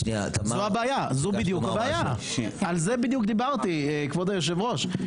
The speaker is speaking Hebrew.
זאת בדיוק הבעיה, על זה דיברתי, כבוד היושב-ראש.